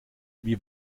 wie